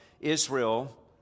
Israel